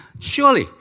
Surely